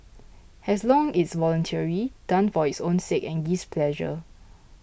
as long it's voluntary done for its own sake and gives pleasure